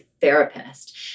therapist